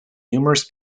numerous